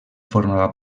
formava